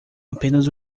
apenas